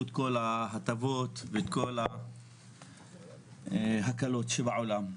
את כל ההטבות ואת כל ההקלות שבעולם.